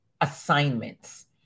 assignments